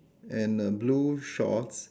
and a blue shorts